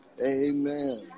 Amen